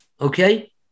okay